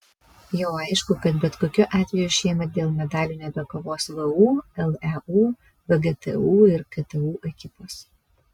jau aišku kad bet kokiu atveju šiemet dėl medalių nebekovos vu leu vgtu ir ktu ekipos